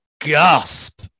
Gasp